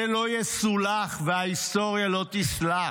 זה לא יסולח וההיסטוריה לא תסלח.